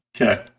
Okay